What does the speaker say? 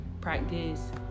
practice